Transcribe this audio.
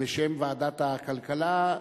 בשם ועדת הכלכלה,